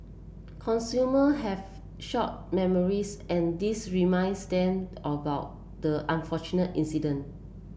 consumer have short memories and this reminds them about the unfortunate incident